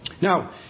Now